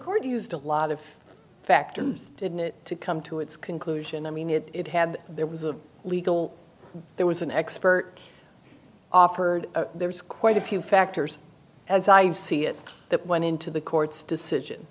already used a lot of factors didn't it to come to its conclusion i mean it it had there was a legal there was an expert offered there was quite a few factors as i see it that went into the court's decision